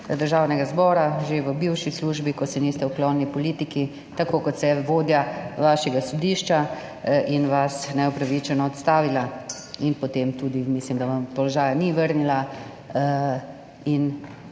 Državnega zbora, že v bivši službi, ko se niste uklonili politiki, tako kot se je vodja vašega sodišča in vas neupravičeno odstavila in potem tudi mislim, da vam položaja ni vrnila in